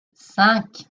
cinq